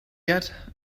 yet